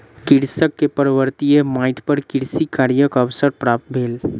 कृषक के पर्वतीय माइट पर कृषि कार्यक अवसर प्राप्त भेल